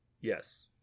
Yes